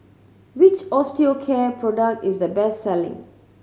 which Osteocare product is the best selling